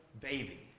baby